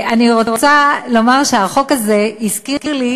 אני רוצה לומר שהחוק הזה הזכיר לי